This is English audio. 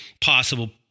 possible